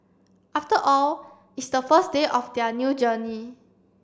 after all it's the first day of their new journey